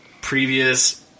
previous